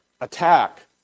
attack